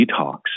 detox